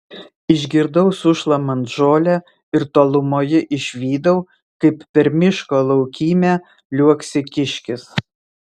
išgirdau sušlamant žolę ir tolumoje išvydau kaip per miško laukymę liuoksi kiškis